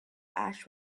ash